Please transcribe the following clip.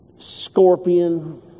scorpion